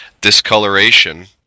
Discoloration